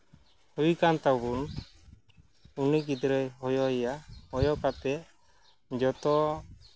ᱦᱩᱭ ᱠᱟᱱ ᱛᱟᱵᱚᱱ ᱩᱱᱤ ᱜᱤᱫᱽᱨᱟᱹᱭ ᱦᱚᱦᱚᱭ ᱭᱟ ᱦᱚᱭᱚ ᱠᱟᱛᱮᱫ ᱡᱚᱛᱚ